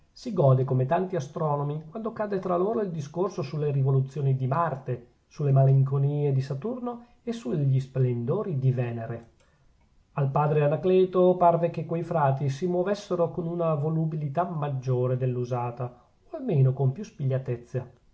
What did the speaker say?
si gode come tanti astronomi quando cade tra loro il discorso sulle rivoluzioni di marte sulle malinconie di saturno e sugli splendori di venere al padre anacleto parve che quei frati si muovessero con una volubilità maggiore dell'usata o almeno con più spigliatezza